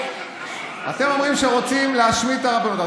אתם אומרים שרוצים להשמיד את הרבנות,